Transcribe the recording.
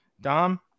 Dom